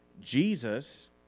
Jesus